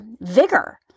vigor